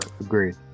Agreed